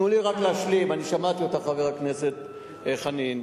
תנו לי להשלים, שמעתי אותך, חברת הכנסת חנין.